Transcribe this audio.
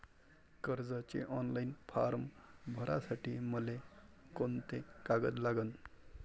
कर्जाचे online form भरासाठी मले कोंते कागद लागन?